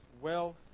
wealth